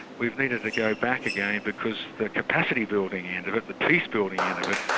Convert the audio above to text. we've needed to go back again, because the capacity-building end of it, the peace-building end of it,